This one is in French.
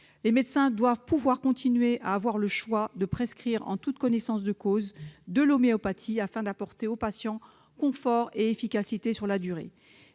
Les médecins doivent pouvoir continuer à avoir le choix de prescrire en toute connaissance de cause de l'homéopathie, afin d'apporter aux patients confort et efficacité sur la durée.